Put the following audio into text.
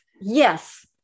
Yes